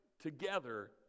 together